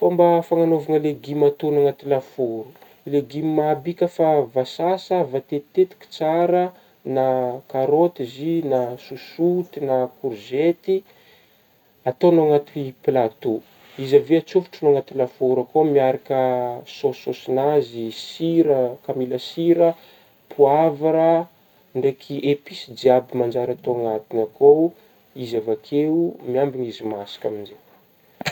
Fômba fanagnaovagna legioma atono anaty lafôro, legioma aby io ka efa voasasa voatetitetika tsara ,na karôty izy io na sosoty na korizety ataonao anaty platô izy avy eo antsofotrao anaty lafôro akeo miaraka sôsisôsin'azy sira ka mila sira ,poivra ndraiky episy jiaby manjary atao anatigny ao koa ,izy avy eo koa miambigna izy masaka amin'zegny.